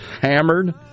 hammered